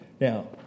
Now